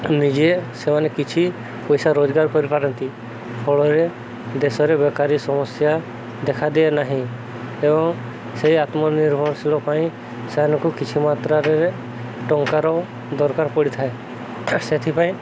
ନିଜେ ସେମାନେ କିଛି ପଇସା ରୋଜଗାର କରିପାରନ୍ତି ଫଳରେ ଦେଶରେ ବେକାରୀ ସମସ୍ୟା ଦେଖାଦିଏ ନାହିଁ ଏବଂ ସେଇ ଆତ୍ମନିର୍ଭରଶୀଳ ପାଇଁ ସେମାନକୁ କିଛି ମାତ୍ରାରେ ଟଙ୍କାର ଦରକାର ପଡ଼ିଥାଏ ସେଥିପାଇଁ